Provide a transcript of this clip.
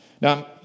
Now